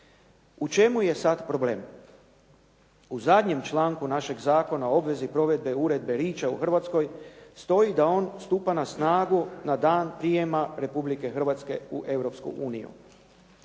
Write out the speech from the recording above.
U čemu je sad problem? U zadnjem članku našeg Zakona o obvezi provedbe uredbe Rich-a u Hrvatskoj stoji da on stupa na snagu na dan prijema Republike Hrvatske u